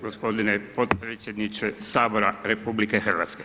Gospodine potpredsjedniče Sabora RH.